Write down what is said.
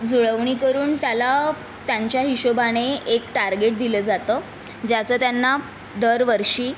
जुळवणी करून त्याला त्यांच्या हिशोबाने एक टार्गेट दिलं जातं ज्याचं त्यांना दरवर्षी